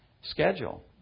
schedule